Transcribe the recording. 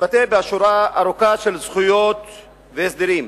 מתבטא בשורה ארוכה של זכויות והסדרים,